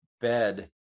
bed